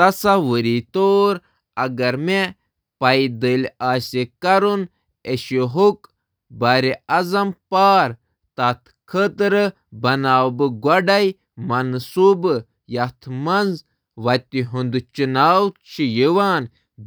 تصور کٔرِو، اگر پیٚیہِ پیدل ایشیا پار کرُن۔ بہٕ بناوٕ اکھ منصوٗبہٕ تہٕ کَرٕ پنُن پان